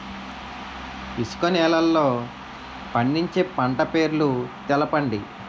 ఇసుక నేలల్లో పండించే పంట పేర్లు తెలపండి?